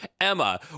Emma